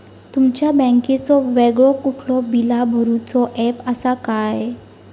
तुमच्या बँकेचो वेगळो कुठलो बिला भरूचो ऍप असा काय?